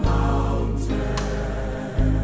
mountain